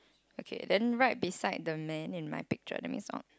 okay then right beside the man in my picture that means on